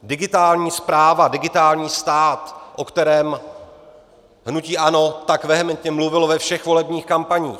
Digitální správa, digitální stát, o kterém hnutí ANO tak vehementně mluvilo ve všech volebních kampaních.